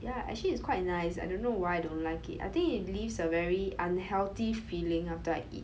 ya actually is quite nice I don't know why I don't like it I think it leaves a very unhealthy feeling after I eat